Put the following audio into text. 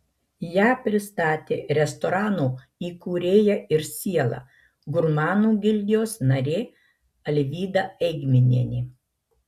ją pristatė restorano įkūrėja ir siela gurmanų gildijos narė alvyda eigminienė